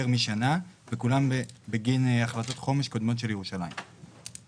משנה וכולם בגין החלטות חומש קודמות של ירושלים,